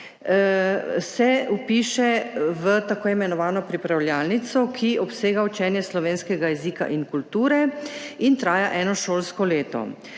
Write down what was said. se vpiše v tako imenovano pripravljalnico, ki obsega učenje slovenskega jezika in kulture in traja eno šolsko leto.